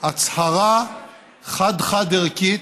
הצהרה חד-חד-ערכית,